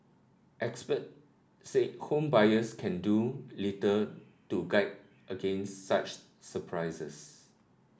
expert say home buyers can do little to guard against such surprises